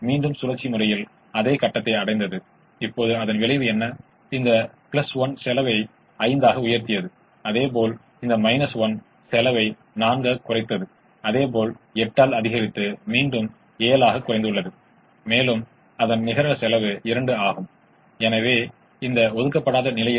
எனவே இரட்டை 2 மாறிகள் கொண்டிருக்கும் எனவே இரட்டை 21Y1 24Y2 ஐ 3Y1 4Y2 ≥ 10 3Y1 3Y2 ≥ 9 Y1 Y2 ≥ 0 க்கு உட்பட்டு குறைக்க முயற்சிக்கும் எனவே இது இரட்டை